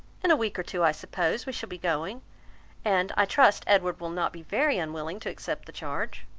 in a week or two, i suppose, we shall be going and, i trust, edward will not be very unwilling to accept the charge.